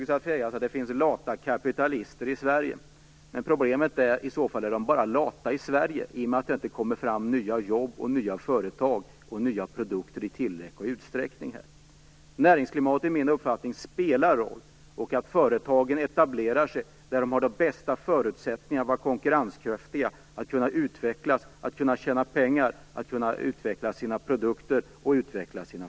Det kan sägas att det finns lata kapitalister i Sverige, men problemet är att de i så fall bara är lata i Sverige i och med att det inte kommer fram nya jobb, nya företag och nya produkter i tillräcklig utsträckning här. Näringsklimatet spelar roll, enligt min uppfattning. Företagen skall etablera sig där de har de bästa förutsättningarna för att vara konkurrenskraftiga, att kunna utvecklas, att kunna tjäna pengar, att kunna utveckla sina produkter och sig själva.